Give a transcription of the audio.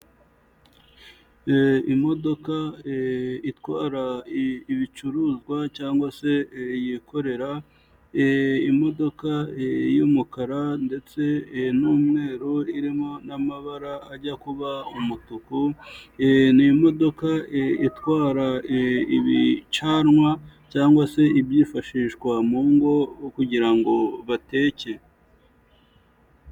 Imodoka itwara ibicuruzwa cyangwa se yikorera, imodoka y'umukara ndetse n'umweru irimo n'amabara ajya kuba umutuku, imodoka itwara ibicanwa cyagwa se ibyifashishwa mu ngo kugira ngo bateke.